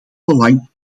belang